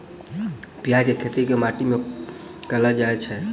प्याज केँ खेती केँ माटि मे कैल जाएँ छैय?